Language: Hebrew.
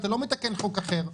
אתה לא מתקן חוק אחר.